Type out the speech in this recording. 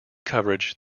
coverage